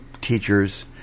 teachers